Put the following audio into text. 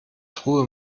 truhe